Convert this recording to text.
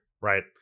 Right